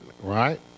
right